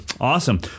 Awesome